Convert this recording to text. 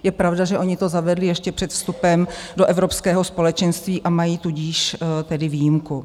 Je pravda, že oni to zavedli ještě před vstupem do Evropského společenství, a mají tudíž tedy výjimku.